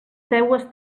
seues